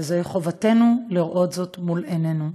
וחובתנו לראות זאת מול עינינו.